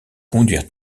conduire